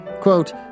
quote